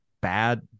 bad